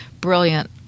brilliant